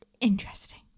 Interesting